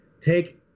take